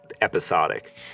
episodic